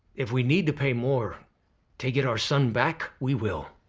if we need to pay more to get our son back, we will.